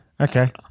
Okay